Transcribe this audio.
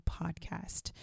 podcast